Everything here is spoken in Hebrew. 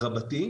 רבתי.